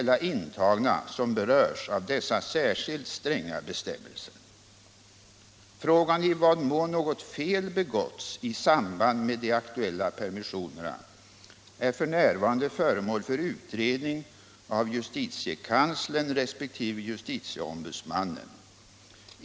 Frågan i vad mån något fel begåtts i samband med de aktuella permissionerna är f. n. föremål för utredning av justitiekanslern resp. justitieombudsmannen.